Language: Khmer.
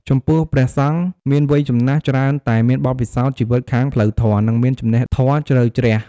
ចំពោះ ព្រះសង្ឃែលមានវ័យចំណាស់ច្រើនតែមានបទពិសោធន៍ជីវិតខាងផ្លូវធម៌ និងមានចំណេះធម៌ជ្រៅជ្រះ។